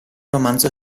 romanzo